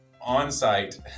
on-site